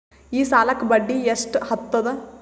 ಈ ಸಾಲಕ್ಕ ಬಡ್ಡಿ ಎಷ್ಟ ಹತ್ತದ?